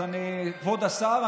אז כבוד השר,